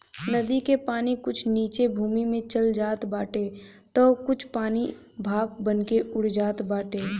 नदी के पानी कुछ नीचे भूमि में चल जात बाटे तअ कुछ पानी भाप बनके उड़ जात बाटे